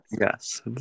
Yes